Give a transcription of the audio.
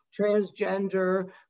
transgender